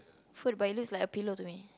food but it looks like a pillow to me